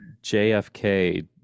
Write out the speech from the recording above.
JFK